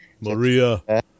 Maria